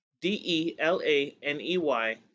D-E-L-A-N-E-Y